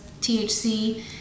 THC